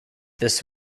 this